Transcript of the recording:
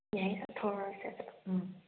ꯌꯥꯏ ꯆꯠꯊꯣꯛꯎꯔꯁꯦ ꯆꯠ ꯎꯝ